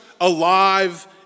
alive